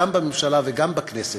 גם בממשלה וגם בכנסת,